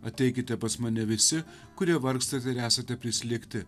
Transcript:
ateikite pas mane visi kurie vargstate ir esate prislėgti